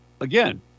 again